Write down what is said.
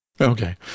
Okay